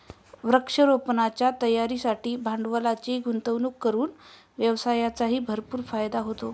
वृक्षारोपणाच्या तयारीसाठी भांडवलाची गुंतवणूक करून व्यवसायाचाही भरपूर फायदा होतो